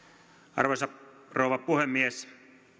arvoisa rouva puhemies